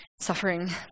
Suffering